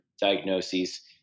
diagnoses